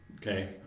okay